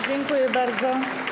Dziękuję bardzo.